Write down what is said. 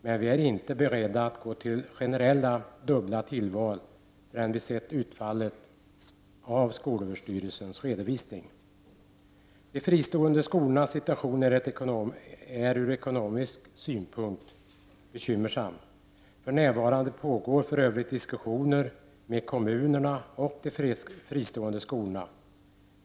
Men vi är inte beredda att gå till generella dubbla tillval förrän vi sett utfallet av skolöverstyrelsens redovisning. De fristående skolornas situation är ur ekonomisk synpunkt bekymmersam. För närvarande pågår för övrigt diskussioner med kommunerna och de fristående skolorna.